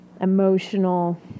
emotional